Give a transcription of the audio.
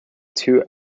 two